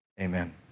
amen